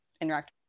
interact